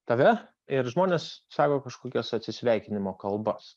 tave ir žmonės sako kažkokias atsisveikinimo kalbas